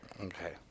Okay